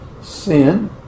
sin